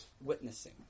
witnessing